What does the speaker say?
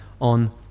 on